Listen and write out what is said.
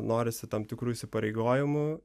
norisi tam tikrų įsipareigojimų